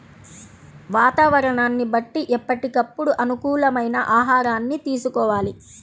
వాతావరణాన్ని బట్టి ఎప్పటికప్పుడు అనుకూలమైన ఆహారాన్ని తీసుకోవాలి